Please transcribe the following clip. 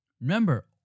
Remember